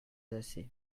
assez